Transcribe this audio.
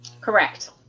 Correct